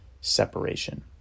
separation